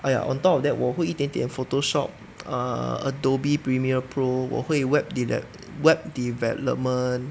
ah ya on top of that 我会一点点 photoshop err Adobe premier pro 我会 web deve~ web development